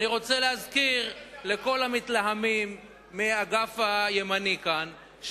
אני רוצה להזכיר לכל המתלהמים מהאגף הימני כאן,